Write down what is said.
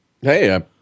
Hey